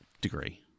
degree